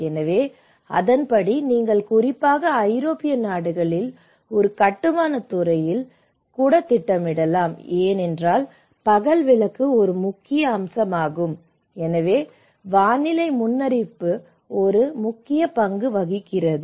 எனவே அதன்படி நீங்கள் குறிப்பாக ஐரோப்பிய நாடுகளில் ஒரு கட்டுமானத் துறையில் கூட திட்டமிடலாம் ஏனென்றால் பகல் விளக்கு ஒரு முக்கிய அம்சமாகும் எனவே வானிலை முன்னறிவிப்பு ஒரு முக்கிய பங்கு வகிக்கிறது